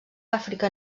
àfrica